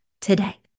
today